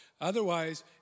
Otherwise